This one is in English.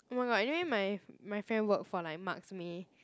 oh-my-god anyway my my friend work for like Marks May